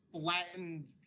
flattened